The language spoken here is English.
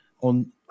on